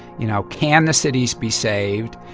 you know can the cities be saved?